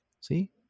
See